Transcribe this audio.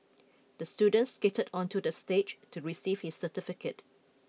the student skated onto the stage to receive his certificate